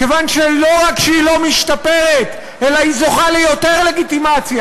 כיוון שלא רק שהיא לא משתפרת אלא היא זוכה ליותר לגיטימציה,